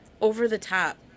over-the-top